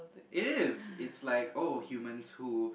it is it's like oh humans who